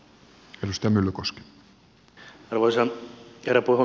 arvoisa herra puhemies